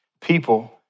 people